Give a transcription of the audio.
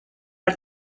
are